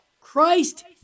Christ